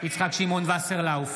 יצחק שמעון וסרלאוף,